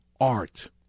art